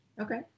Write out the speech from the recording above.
Okay